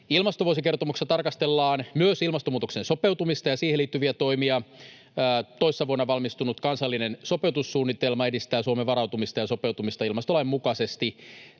Ilmastovuosikertomuksessa tarkastellaan myös ilmastonmuutokseen sopeutumista ja siihen liittyviä toimia. Toissa vuonna valmistunut kansallinen sopeutumissuunnitelma edistää Suomen varautumista ja sopeutumista ilmastolain mukaisesti.